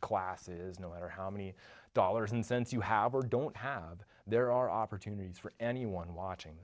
classes no matter how many dollars and cents you have or don't have there are opportunities for anyone watching